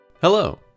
Hello